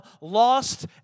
lost